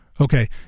Okay